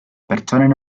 pertsonen